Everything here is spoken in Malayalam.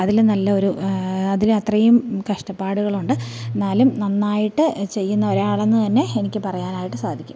അതിലും നല്ലൊരു അതിലത്രയും കഷ്ടപ്പാടുകൾ ഉണ്ട് എന്നാലും നന്നായിട്ട് ചെയ്യുന്ന ഒരാളെന്ന് തന്നെ എനിക്ക് പറയാനായിട്ട് സാധിക്കും